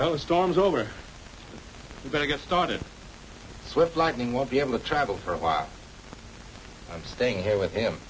the storm is over you better get started swift lightning won't be able to travel for a while i'm staying here with